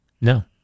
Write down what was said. No